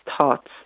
thoughts